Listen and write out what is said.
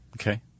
Okay